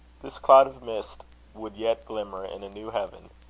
this cloud of mist would yet glimmer in a new heaven,